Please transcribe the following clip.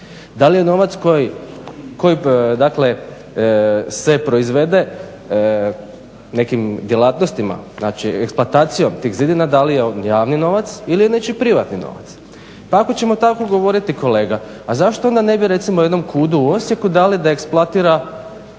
Da li je novac koji se proizvede nekim djelatnostima, znači eksploatacijom tih zidina da li je on javni novac ili je nečiji privatni novac. Pa ako ćemo tako govoriti a zašto onda ne bi recimo jednom KUD-u u Osijeku dali da eksploatira